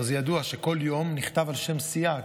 הרי ידוע שכל יום נכתב על שם סיעה,